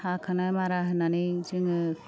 हाखांनानै मारा होनानै जोङो